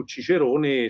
Cicerone